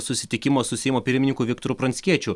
susitikimo su seimo pirmininku viktoru pranckiečiu